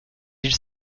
îles